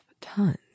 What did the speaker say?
tons